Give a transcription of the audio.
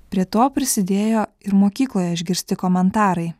prie to prisidėjo ir mokykloje išgirsti komentarai